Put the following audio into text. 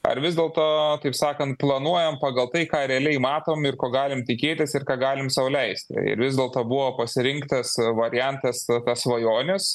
ar vis dėlto taip sakant planuojam pagal tai ką realiai matom ir ko galim tikėtis ir ką galim sau leisti ir vis dėlto buvo pasirinktas variantas apie svajones